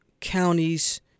counties